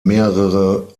mehrere